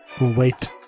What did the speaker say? Wait